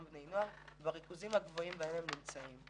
בני נוער בריכוזים הגבוהים בהם הם נמצאים.